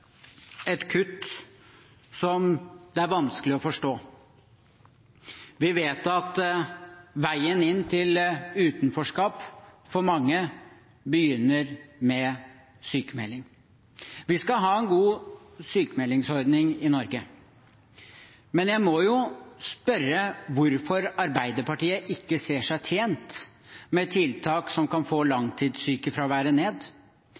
et kutt som er vanskelig å forstå. Vi vet at veien inn til utenforskap for mange begynner med sykmelding. Vi skal ha en god sykmeldingsordning i Norge, men jeg må jo spørre hvorfor Arbeiderpartiet ikke ser seg tjent med tiltak som kan få langtidssykefraværet ned.